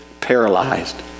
paralyzed